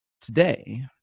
today